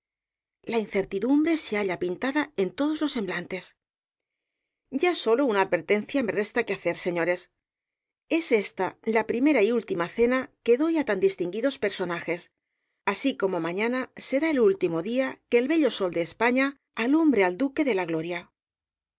glorias vendrá aquí y obtendrá una elocuente respuesta la incertidumbre se halla pintada en todos los semblantes ya sólo una advertencia me resta que hacer señores es esta la primera y última cena que doy á tan distinguidos personajes así como mañana será el último día que el bello sol de españa alumbre al duque de la gloria